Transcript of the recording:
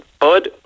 Bud